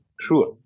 sure